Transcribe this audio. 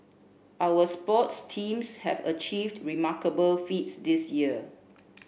our sports teams have achieved remarkable feats this year